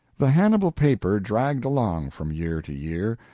the hannibal paper dragged along from year to year.